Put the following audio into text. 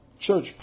Church